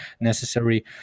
necessary